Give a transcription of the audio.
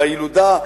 והילודה,